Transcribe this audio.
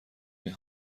این